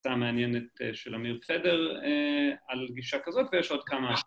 ‫קצת מעניינת של אמיר חדר ‫על הגישה כזאת, ויש עוד כמה...